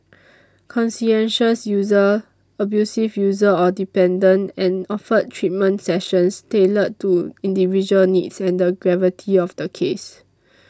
conscientious user abusive user or dependent and offered treatment sessions tailored to individual needs and the gravity of the case